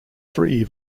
three